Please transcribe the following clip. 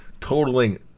totaling